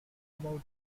about